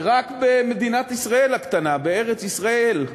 ורק מדינת ישראל הקטנה, בארץ-ישראל,